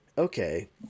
Okay